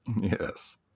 yes